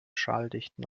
schalldichten